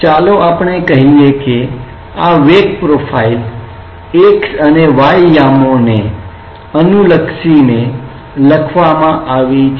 ચાલો આપણે કહીએ કે આ વેગ પ્રોફાઇલ x અને y યામોને કોઓર્ડિનેટ્સ coordinates અનુલક્ષીને લખવામાં આવી છે